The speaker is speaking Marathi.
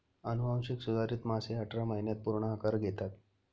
अनुवांशिक सुधारित मासे अठरा महिन्यांत पूर्ण आकार घेतात